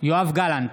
יואב גלנט,